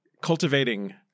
cultivating